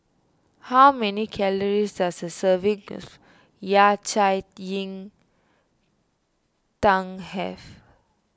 how many calories does a serving of Yao Cai Yin Tang have